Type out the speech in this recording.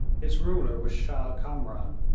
its ruler was shah kamran,